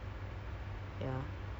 oh